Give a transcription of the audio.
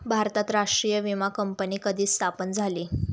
भारतात राष्ट्रीय विमा कंपनी कधी स्थापन झाली?